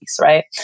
right